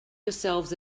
yourselves